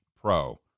pro